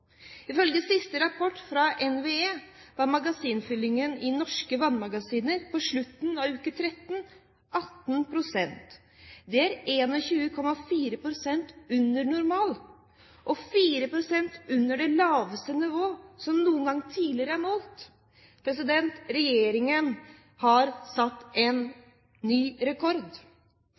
Ifølge siste rapport fra NVE var magasinfyllingen i norske vannmagasiner på slutten av uke 13 18 pst. Det er 21,4 pst. under normalen, og 4 pst. under det laveste nivået som noen gang tidligere er målt. Regjeringen har satt en ny rekord.